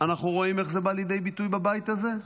אנחנו רואים איך זה בא לידי ביטוי בבית הזה.